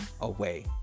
away